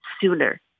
sooner